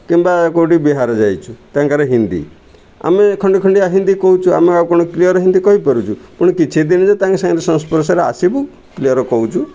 କିମ୍ବା କେଉଁଠି ବିହାର ଯାଇଛୁ ତାଙ୍କର ହିନ୍ଦୀ ଆମେ ଖଣ୍ଡି ଖଣ୍ଡିଆ ହିନ୍ଦୀ କହୁଛୁ ଆମେ ଆଉ କ'ଣ କ୍ଲିଅର ହିନ୍ଦୀ କହିପାରୁଛୁ ପୁଣି କିଛି ଦିନ ଯେ ତାଙ୍କ ସାଙ୍ଗରେ ସଂସ୍ପର୍ଶରେ ଆସିବୁ କ୍ଲିଅର କହୁଛୁ